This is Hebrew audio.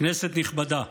כנסת נכבדה,